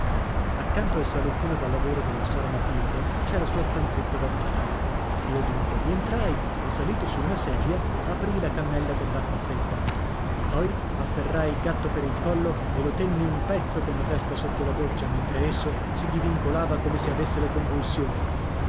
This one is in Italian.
accanto al salottino da lavoro della sora matilde c'è la sua stanzetta da bagno io dunque vi entrai e salito su una sedia aprii la cannella dell'acqua fredda poi afferrai il gatto per il collo e lo tenni un pezzo con la testa sotto la doccia mentre esso si divincolava come se avesse le convulsioni